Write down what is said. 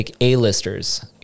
A-listers